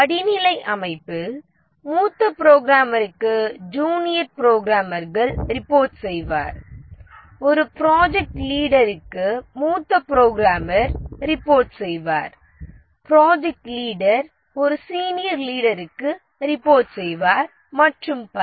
படிநிலை அமைப்பில் மூத்த புரோகிராமருக்கு ஜூனியர் புரோகிராமர்கள் ரிபோர்ட் செய்வர் ஒரு ப்ராஜெக்ட் லீடருக்கு மூத்த புரோகிராமர் ரிபோர்ட் செய்வர் ப்ராஜெக்ட் லீடர் ஒரு சீனியர் லீடருக்கு ரிபோர்ட் செய்வர் மற்றும் பல